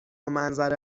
منظره